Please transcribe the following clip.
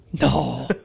No